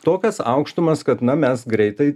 tokias aukštumas kad na mes greitai